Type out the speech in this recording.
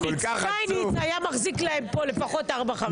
שטייניץ היה מחזיק להם פה לפחות ארבע-חמש שעות.